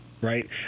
right